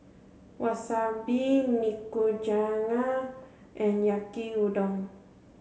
Wasabi Nikujaga and Yaki Udon